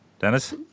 Dennis